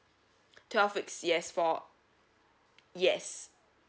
twelve weeks yes for yes